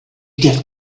get